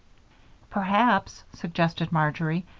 perhaps, suggested marjory,